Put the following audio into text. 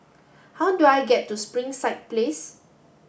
how do I get to Springside Place